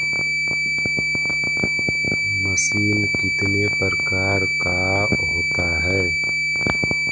Machine कितने प्रकार का होता है?